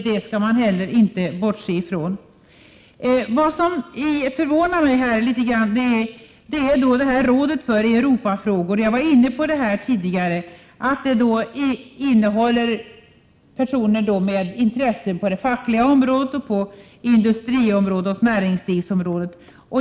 Det skall vi inte bortse från. Vad som något förvånar mig — jag var inne på detta tidigare — är att rådet för Europafrågor innefattar personer med intressen på det fackliga området, på industriområdet och på näringslivsområdet.